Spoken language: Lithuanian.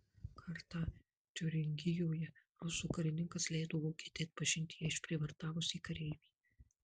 kartą tiuringijoje rusų karininkas leido vokietei atpažinti ją išprievartavusį kareivį